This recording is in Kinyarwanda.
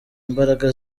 imbaraga